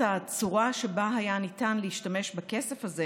הצורה שבה היה ניתן להשתמש בכסף הזה,